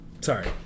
Sorry